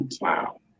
Wow